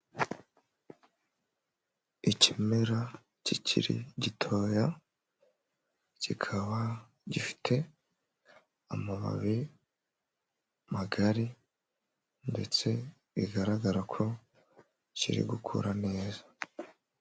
Ikimera kikiri gitoya, kikaba gifite amababi magari ndetse bigaragara ko kiri gukura neza.